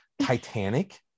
Titanic